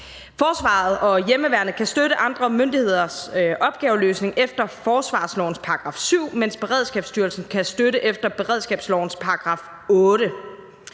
Forsvaret og hjemmeværnet kan støtte andre myndigheders opgaveløsning efter forsvarslovens § 7, mens Beredskabsstyrelsen kan støtte efter beredskabslovens § 8.